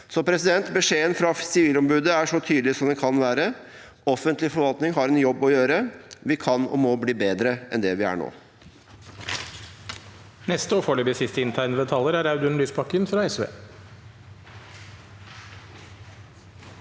forvaltningen. Beskjeden fra Sivilombudet er så tydelig som den kan være. Offentlig forvaltning har en jobb å gjøre. Vi kan og må bli bedre enn det vi er nå.